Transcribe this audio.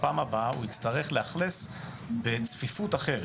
בפעם הבאה הוא יצטרך לאכלס בצפיפות אחרת.